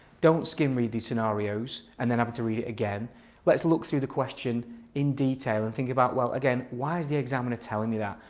don't skim read these scenarios and then have to read it again let's look through the question in detail and think about well again why is the examiner telling me that?